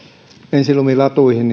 ensilumilatuihin